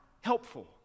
helpful